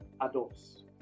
adults